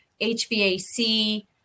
HVAC